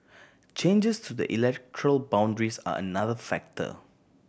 changes to the electoral boundaries are another factor